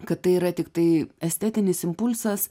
kad tai yra tiktai estetinis impulsas